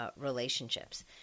relationships